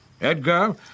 Edgar